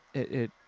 it.